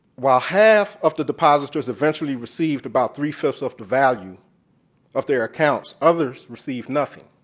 while half of the depositors eventually received about three five of the value of their accounts, others received nothing.